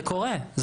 זה קורה,